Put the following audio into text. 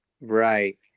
right